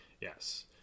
Yes